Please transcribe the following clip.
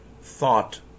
thought